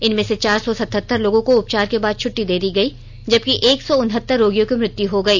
इनमें से चार सौ सतहतर लोगों को उपचार के बाद छट्टी दे दी गई जबकि एक सौ उनहतर रोगियों की मृत्यु हो गई